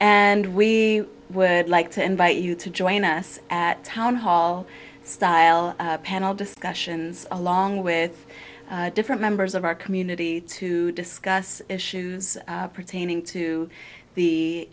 and we would like to invite you to join us at town hall style panel discussion along with different members of our community to discuss issues pertaining to the